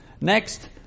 Next